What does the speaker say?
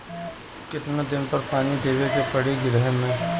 कितना दिन पर पानी देवे के पड़ी गहु में?